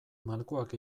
malkoak